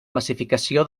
massificació